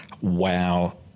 Wow